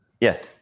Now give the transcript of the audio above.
Yes